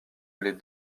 les